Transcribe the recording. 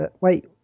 wait